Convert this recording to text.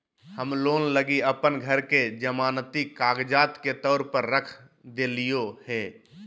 हम लोन लगी अप्पन घर के जमानती कागजात के तौर पर रख देलिओ हें